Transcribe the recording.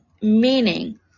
meaning